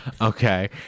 okay